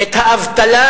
האבטלה